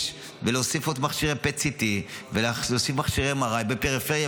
ולהוסיף עוד מכשירי PET-CT ולהוסיף מכשירי MRI בפריפריה,